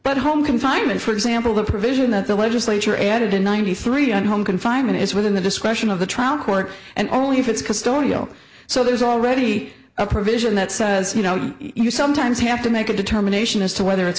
but home confinement for example the provision that the legislature added in ninety three on home confinement is within the discretion of the trial court and only if it's custodial so there's already a provision that says you know you sometimes have to make a determination as to whether it's